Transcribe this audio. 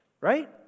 right